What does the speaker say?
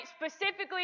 specifically